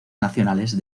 nacionales